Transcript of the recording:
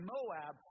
Moab